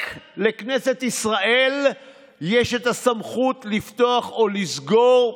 רק לכנסת ישראל יש את הסמכות לפתוח או לסגור,